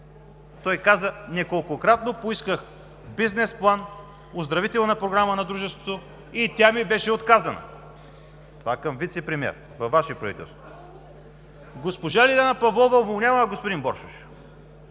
той каза: „Неколкократно поисках бизнес план, оздравителна програма на дружеството и тя ми беше отказана“. Това – към вицепремиер във Ваше правителство! Госпожа Лиляна Павлова уволнява господин Боршош.